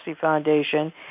Foundation